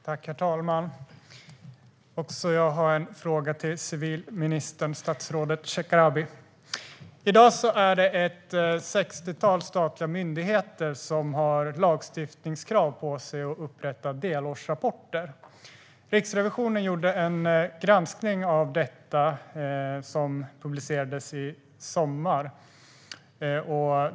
Herr talman! Också jag har en fråga till civilministern, statsrådet Shekarabi. I dag är det ett sextiotal statliga myndigheter som har lagstiftningskrav på sig om att upprätta delårsrapporter. Riksrevisionen gjorde en granskning av detta, som publicerades i somras.